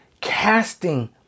casting